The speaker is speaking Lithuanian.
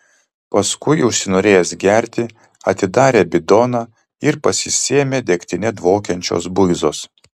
paskui užsinorėjęs gerti atidarė bidoną ir pasisėmė degtine dvokiančios buizos